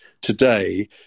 today